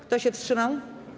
Kto się wstrzymał?